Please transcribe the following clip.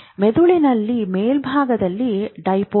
ಮೆದುಳಿನ ಮೇಲ್ಭಾಗದಲ್ಲಿ ದ್ವಿಧ್ರುವಿ ಇದೆ